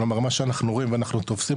כלומר מה שאנחנו רואים ואנחנו תופסים,